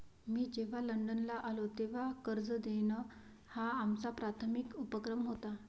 मी जेव्हा लंडनला आलो, तेव्हा कर्ज देणं हा आमचा प्राथमिक उपक्रम होता